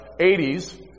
80s